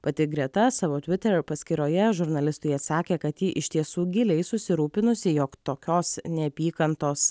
pati greta savo twitter paskyroje žurnalistui atsakė kad ji iš tiesų giliai susirūpinusi jog tokios neapykantos